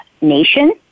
Nation